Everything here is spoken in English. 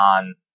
on